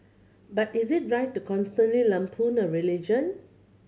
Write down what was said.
but is it right to constantly lampoon a religion